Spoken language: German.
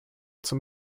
zum